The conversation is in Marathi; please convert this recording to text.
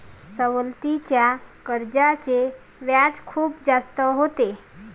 सवलतीच्या कर्जाचे व्याज खूप जास्त होते